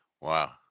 Wow